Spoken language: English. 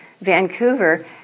Vancouver